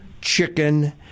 chicken